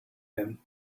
him